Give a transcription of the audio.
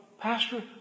Pastor